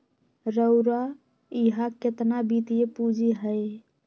रउरा इहा केतना वित्तीय पूजी हए